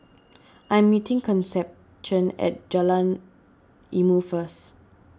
I'm meeting Concepcion at Jalan Ilmu first